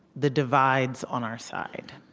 the divides on our side,